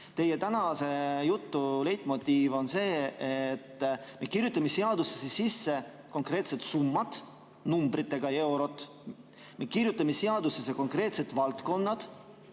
Teie tänase jutu leitmotiiv on see, et me kirjutame seadusesse sisse konkreetsed summad, numbritega, kui mitu eurot, ja me kirjutame seadusesse konkreetsed valdkonnad,